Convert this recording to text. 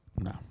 No